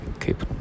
keep